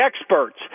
experts